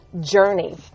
journey